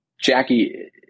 Jackie